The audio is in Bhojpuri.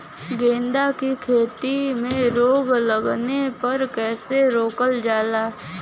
गेंदा की खेती में रोग लगने पर कैसे रोकल जाला?